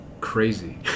crazy